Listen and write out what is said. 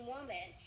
Woman